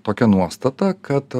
tokia nuostata kad